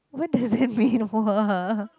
what does that mean